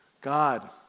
God